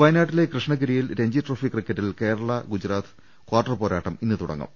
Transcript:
വയനാട്ടിലെ കൃഷ്ണഗിരിയിൽ രഞ്ജി ട്രോഫി ക്രിക്കറ്റിൽ കേരളം ഗുജറാത്ത് കാർട്ടർ പോരാട്ടം ഇന്ന് തുടങ്ങും